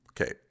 Okay